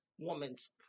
woman's